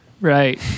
Right